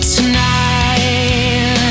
Tonight